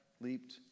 leaped